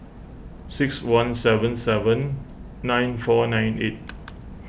six one seven seven nine four nine eight